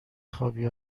خوابی